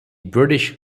british